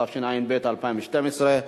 התשע"ב 2012,